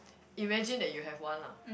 imagine that you have one lah